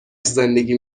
زندگی